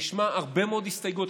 נשמע הרבה מאוד הסתייגויות.